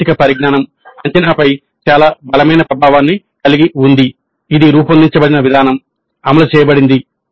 సాంకేతిక పరిజ్ఞానం అంచనాపై చాలా బలమైన ప్రభావాన్ని కలిగి ఉంది ఇది రూపొందించబడిన విధానం అమలు చేయబడింది